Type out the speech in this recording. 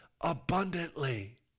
abundantly